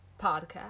podcast